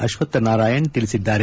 ಅಶ್ವಥ್ ನಾರಾಯಣ್ ತಿಳಿಸಿದ್ದಾರೆ